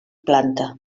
planta